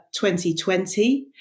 2020